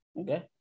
Okay